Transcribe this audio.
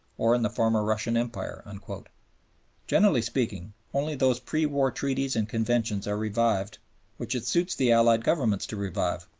or in the former russian empire. and generally speaking, only those pre-war treaties and conventions are revived which it suits the allied governments to revive,